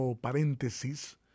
paréntesis